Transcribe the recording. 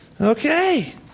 Okay